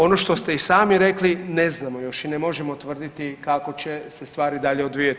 Ono što ste i sami rekli ne znamo još i ne možemo tvrditi kako će se stvari dalje odvijati.